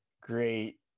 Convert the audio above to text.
great